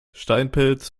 steinpilz